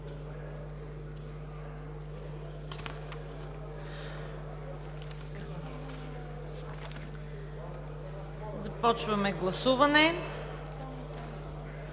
Започваме гласуване.